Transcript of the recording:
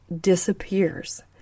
disappears